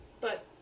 But-